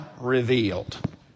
revealed